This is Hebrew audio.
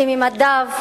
שממדיו קשים,